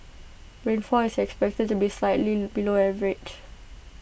rainfall is expected to be slightly below average